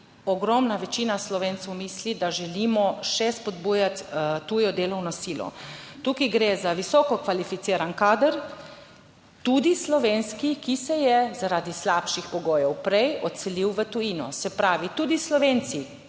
ogromna večina Slovencev misli, da želimo še spodbujati tujo delovno silo. Tukaj gre za visoko kvalificiran kader, tudi slovenski, ki se je zaradi slabših pogojev prej odselil v tujino, se pravi, tudi Slovenci,